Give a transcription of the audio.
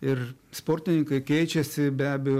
ir sportininkai keičiasi be abejo